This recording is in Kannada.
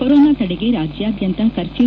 ಕೊರೊನಾ ತಡೆಗೆ ರಾಜ್ಯಾದ್ಯಂತ ಕಫ್ರೊ